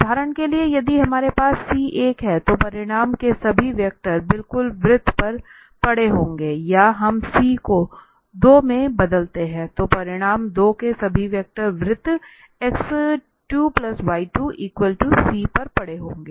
उदाहरण के लिए यदि हमारे पास c एक है तो परिमाण के सभी वेक्टर बिल्कुल वृत्त पर पड़े होंगे या हम c को 2 में बदलते हैं तो परिमाण 2 के सभी वेक्टर वृत्त x2y2c पर पड़े होंगे